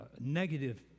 negative